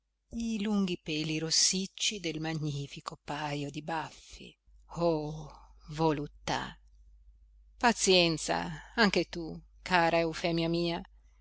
i lunghi peli rossicci del magnifico pajo di baffi oh voluttà pazienza anche tu cara eufemia mia